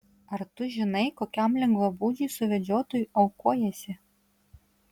ar tu žinai kokiam lengvabūdžiui suvedžiotojui aukojiesi